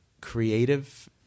creative